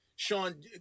Sean